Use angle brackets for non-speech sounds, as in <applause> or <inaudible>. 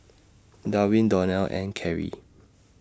Darwin Donell and Keri <noise>